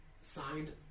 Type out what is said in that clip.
Signed